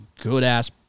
good-ass